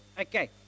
Okay